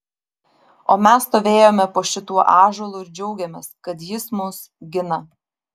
o mes stovėjome po šituo ąžuolu ir džiaugėmės kad jis mus gina